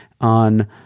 on